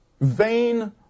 vain